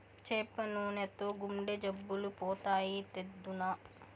చేప నూనెతో గుండె జబ్బులు పోతాయి, తెద్దునా